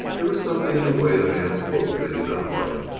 there was something in the way the man spoke that i did not like.